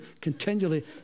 continually